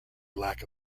lack